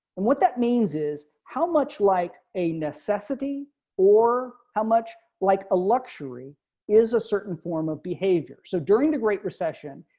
and what that means is, how much like a necessity or how much like a luxury is a certain form of behavior. so during the great recession.